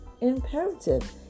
imperative